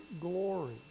glory